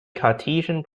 cartesian